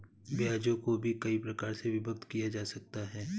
ब्याजों को भी कई प्रकार से विभक्त किया जा सकता है